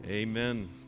Amen